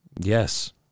Yes